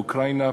אוקראינה,